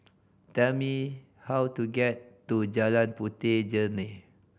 tell me how to get to Jalan Puteh Jerneh